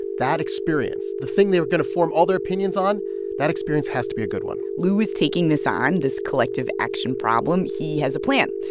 that experience the thing they are going to form all their opinions on that experience has to be a good one lou is taking this on, this collective action problem. he has a plan.